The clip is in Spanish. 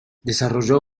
desarrolló